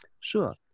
Sure